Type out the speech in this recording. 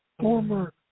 former